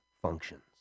functions